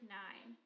nine